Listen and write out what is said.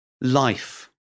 life